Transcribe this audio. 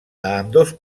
ambdós